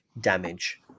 damage